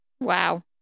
Wow